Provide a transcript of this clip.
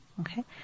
Okay